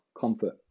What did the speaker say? comfort